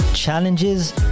challenges